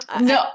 No